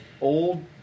old